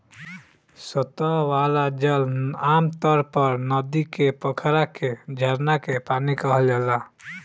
सतह वाला जल आमतौर पर नदी के, पोखरा के, झरना के पानी कहल जाला